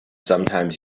sometimes